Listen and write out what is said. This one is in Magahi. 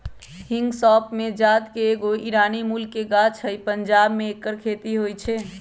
हिंग सौफ़ कें जात के एगो ईरानी मूल के गाछ हइ पंजाब में ऐकर खेती होई छै